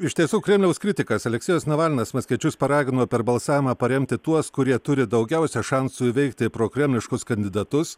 iš tiesų kremliaus kritikas aleksėjus navalnas maskviečius paragino per balsavimą paremti tuos kurie turi daugiausia šansų įveikti prokremliškus kandidatus